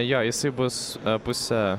jo jisai bus pusę